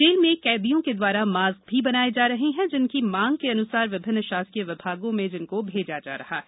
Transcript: jail में कैदियों के द्वारा मास्क भी बनाये जा रहे हैं जिनको मांग के अनुसार विभिन्न शासकीय विभागों में भेजा जाएगा